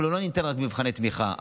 אנחנו לא ניתן רק מבחני תמיכה,